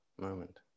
moment